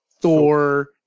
Thor